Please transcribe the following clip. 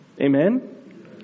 Amen